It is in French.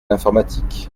l’informatique